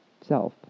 self